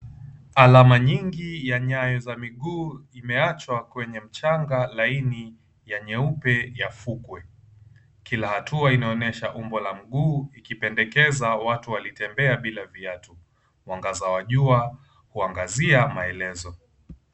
Alama nyingi ya nyayo ya mguu imeachwa kwenye mchanga laini ya nyeupe ya fukwe. Kila hatua inaonyesha umbo la mguu ikipendekeza watu wakitembea bila viatu. Mwangaza wa jua kuangazia maelezo.